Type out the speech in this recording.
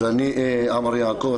אני עמר יעקב,